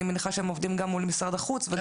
מניחה שהם עובדים גם מול משרד החוץ.